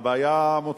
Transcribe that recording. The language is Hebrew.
הבעיה, מוצדקת,